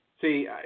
See